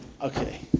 Okay